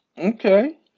Okay